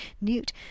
Newt